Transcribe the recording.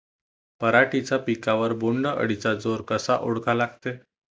पराटीच्या पिकावर बोण्ड अळीचा जोर कसा ओळखा लागते?